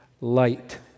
light